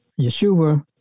Yeshua